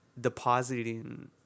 depositing